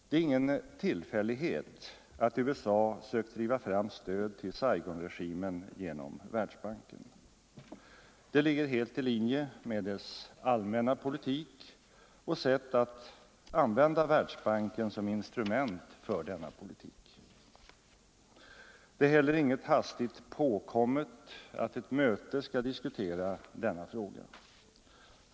Det är ingen tillfällighet att USA sökt driva fram stöd till Saigonregimen genom Världsbanken. Det ligger helt i linje med dess allmänna politik och sätt att använda Världsbanken som instrument för sin politik. Det är heller inget hastigt påkommet att ett möte skall diskutera denna fråga.